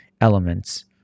elements